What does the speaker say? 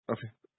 Okay